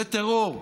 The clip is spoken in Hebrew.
זה טרור,